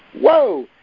whoa